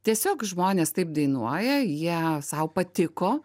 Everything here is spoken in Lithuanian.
tiesiog žmonės taip dainuoja jie sau patiko